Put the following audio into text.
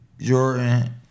Jordan